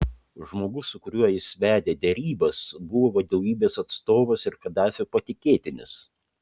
žmogus su kuriuo jis vedė derybas buvo vadovybės atstovas ir kadafio patikėtinis